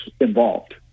involved